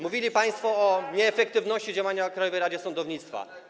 Mówili państwo o nieefektywności działania Krajowej Rady Sądownictwa.